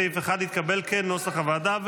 סעיף 1 התקבל כנוסח הוועדה.